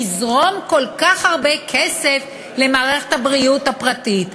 יזרום כל כך הרבה כסף למערכת הבריאות הפרטית.